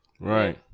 Right